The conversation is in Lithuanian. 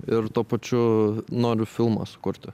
ir tuo pačiu noriu filmą sukurti